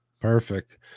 perfect